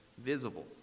visible